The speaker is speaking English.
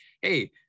Hey